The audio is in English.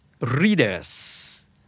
readers